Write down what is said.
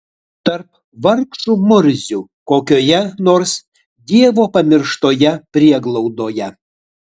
tarp vargšų murzių kokioje nors dievo pamirštoje prieglaudoje